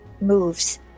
moves